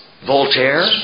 Voltaire